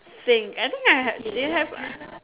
thing I think I had do you have